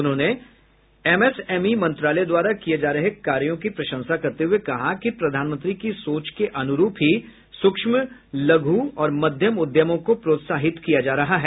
उन्होंने M S M E मंत्रालय द्वारा किए जा रहे कार्यों की प्रशंसा करते हुए कहा कि प्रधानमंत्री की सोच के अनुरूप ही सूक्ष्म लघु और मध्यम उद्यमों को प्रोत्साहित किया जा रहा है